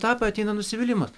etape ateina nusivylimas